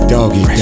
Doggy